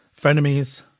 frenemies